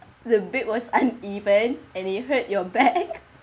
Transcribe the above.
the bed was uneven and it hurt your back